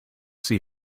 see